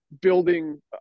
building